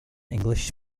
english